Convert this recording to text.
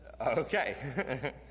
Okay